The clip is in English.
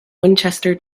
winchester